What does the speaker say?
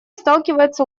сталкивается